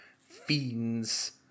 fiends